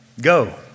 go